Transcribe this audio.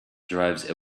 drives